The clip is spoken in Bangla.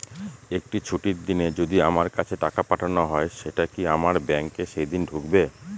একটি ছুটির দিনে যদি আমার কাছে টাকা পাঠানো হয় সেটা কি আমার ব্যাংকে সেইদিন ঢুকবে?